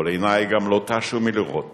אבל עיני גם לא תשו מלראות